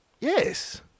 Yes